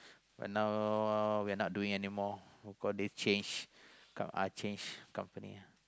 but now we are not doing anymore because they change uh change company